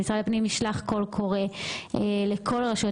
שמשרד הפנים ישלח קול קורא לכל הרשויות